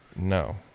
no